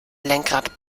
lenkrad